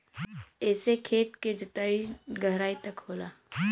एसे खेत के जोताई गहराई तक होला